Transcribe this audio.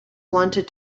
wanted